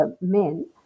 men